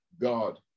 God